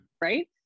Right